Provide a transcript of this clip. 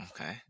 Okay